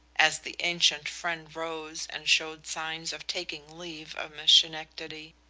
as the ancient friend rose and showed signs of taking leave of miss schenectady.